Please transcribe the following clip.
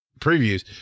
previews